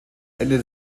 ende